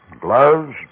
gloves